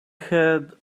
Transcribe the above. had